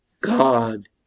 God